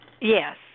Yes